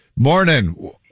Morning